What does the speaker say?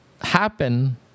happen